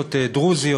קבוצות דרוזיות,